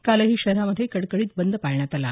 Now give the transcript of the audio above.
कालही शहरामध्ये कडकडीत बंद पाळण्यात आला